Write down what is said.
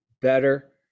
better